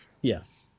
Yes